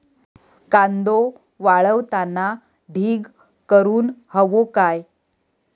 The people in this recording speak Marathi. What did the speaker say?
कांदो वाळवताना ढीग करून हवो काय?